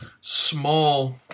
small